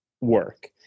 work